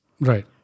right